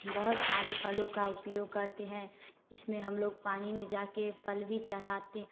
बहुत सारे फलों का उपयोग करते हैं इसमें हम लोग पानी में जा के फल भी चढ़ाते